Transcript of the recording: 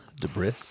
Debris